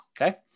okay